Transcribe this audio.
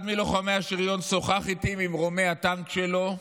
אחד מלוחמי השריון שוחח איתי ממרומי הטנק שלו,